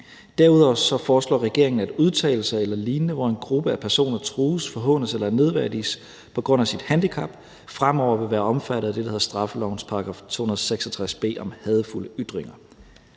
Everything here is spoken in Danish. Derudover foreslår regeringen, at udtalelser eller lignende, hvor en gruppe af personer trues, forhånes eller nedværdiges på grund af deres handicap, fremover vil være omfattet af det, der hedder straffelovens § 266 b om hadefulde ytringer.